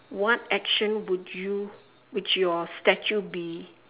what action would you would your statue be